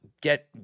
get